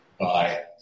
Bye